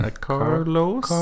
Carlos